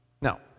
now